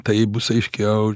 tai bus aiškiau